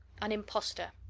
an impostor!